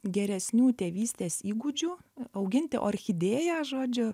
geresnių tėvystės įgūdžių auginti orchidėją žodžiu